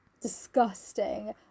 disgusting